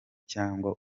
cyangwa